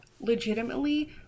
legitimately